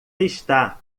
está